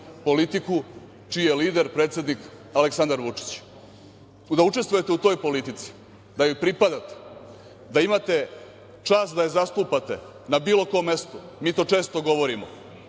politiku čiji lider predsednik Aleksandar Vučić. Da učestvujete u toj politici, da joj pripadate, da imate čast da je zastupate na bilo kom mestu, mi to često govorimo,